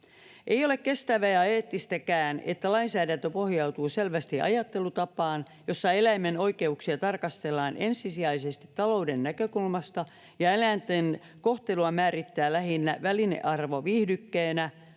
Ei ole kestävää ja eettistäkään, että lainsäädäntö pohjautuu selvästi ajattelutapaan, jossa eläimen oikeuksia tarkastellaan ensisijaisesti talouden näkökulmasta ja eläinten kohtelua määrittää lähinnä välinearvo viihdykkeenä,